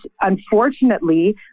unfortunately